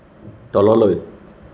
তললৈ